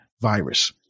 Virus